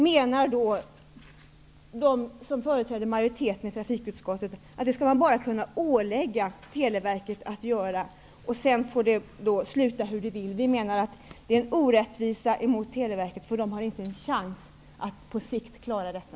De som företräder trafikutskottets majoritet menar att man skall kunna ålägga Televerket det som här nämnts. Sedan får det bli som det blir. Men vi menar att det är orättvist mot Televerket som inte har en chans att på sikt klara detta.